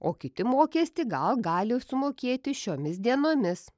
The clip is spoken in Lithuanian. o kiti mokestį gal gali sumokėti šiomis dienomis